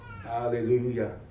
Hallelujah